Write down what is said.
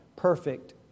Perfect